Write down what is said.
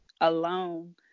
alone